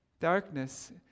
Darkness